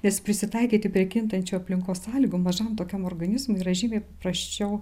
nes prisitaikyti prie kintančių aplinkos sąlygų mažam tokiam organizmui yra žymiai prasčiau